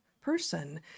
person